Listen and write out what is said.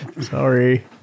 Sorry